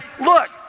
look